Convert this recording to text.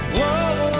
Whoa